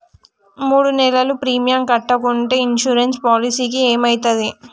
మూడు నెలలు ప్రీమియం కట్టకుంటే ఇన్సూరెన్స్ పాలసీకి ఏమైతది?